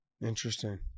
Interesting